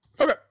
Okay